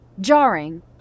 jarring